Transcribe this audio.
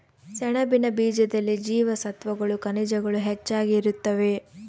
ಸೆಣಬಿನ ಬೀಜದಲ್ಲಿ ಜೀವಸತ್ವಗಳು ಖನಿಜಗಳು ಹೆಚ್ಚಾಗಿ ಇರುತ್ತವೆ